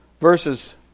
verses